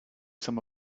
some